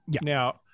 Now